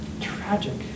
Tragic